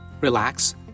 relax